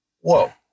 whoa